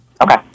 Okay